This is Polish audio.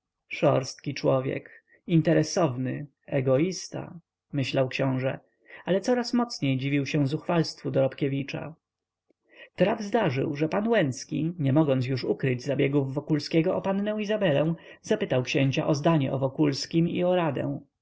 szorstki człowiek interesowny egoista myślał książe ale coraz mocniej dziwił się zuchwalstwu dorobkiewicza traf zdarzył że pan łęcki nie mogąc już ukryć zabiegów wokulskiego o pannę izabelę zapytał księcia o zdanie o wokulskim i o radę